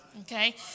Okay